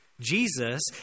Jesus